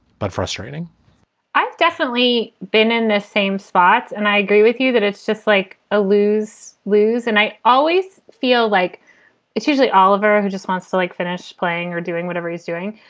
but frustrating i've definitely been in the same spot, and i agree with you that it's just like a lose lose. and i always feel like it's usually oliver who just wants to, like, finish playing or doing whatever he's doing.